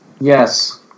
Yes